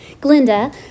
Glinda